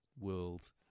world